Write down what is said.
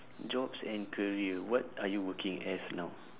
jobs and career what are you working as now